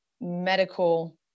medical